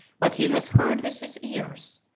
what he has heard with his ears.